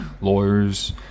lawyers